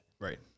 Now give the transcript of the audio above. Right